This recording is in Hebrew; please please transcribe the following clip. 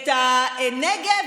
את הנגב?